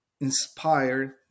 inspired